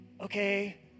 okay